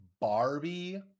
Barbie